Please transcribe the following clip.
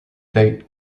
they